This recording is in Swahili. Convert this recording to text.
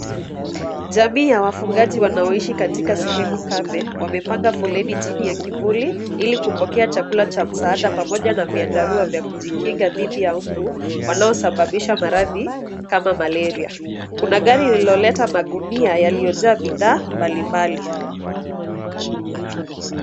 Jamii ya wafugaji wanaoishi katika sehemu kame, wamepanga foleni chini ya kivuli ili kupokea chakula cha msaada pamoja na vyandarua vya kujikinga dhidi ya mbu wanaosababisha maradhi kama malaria. Kuna gari lililoleta magunia yaliyojaa bidhaa mbalimbali.